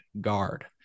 guard